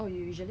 !wow!